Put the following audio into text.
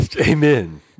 amen